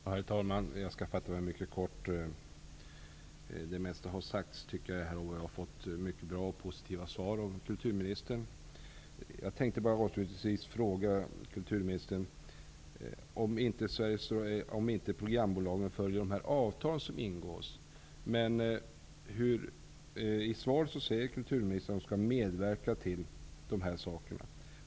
Herr talman! Jag skall fatta mig mycket kort. Det mesta har redan sagts. Jag har fått mycket bra och positiva svar av kulturministern. Jag tänkte bara avslutningsvis ställa en fråga till kulturministern. I svaret säger kulturministern att hon skall medverka till dessa saker.